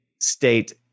state